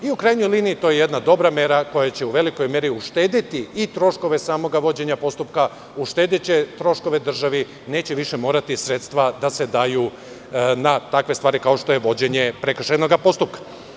U krajnjoj liniji, to je jedna dobra mera koja će u velikoj meri uštedeti i troškove samog vođenja postupka, uštedeće troškove državi, neće više morati sredstva da se daju na takve stvari kao što je vođenje prekršajnog postupka.